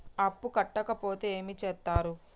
అప్పు కట్టకపోతే ఏమి చేత్తరు?